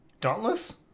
Dauntless